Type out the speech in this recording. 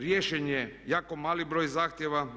Riješen je jako mali broj zahtjeva.